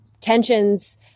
tensions